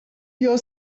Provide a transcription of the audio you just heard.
your